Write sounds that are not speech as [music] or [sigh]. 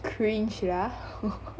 cringe lah [laughs]